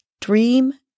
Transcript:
dream